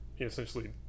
essentially